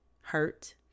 hurt